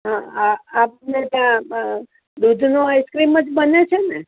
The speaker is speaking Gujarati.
આપને ત્યાં દૂધનું આઈસ ક્રીમ જ બને છેને